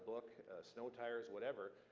book snow tires, whatever,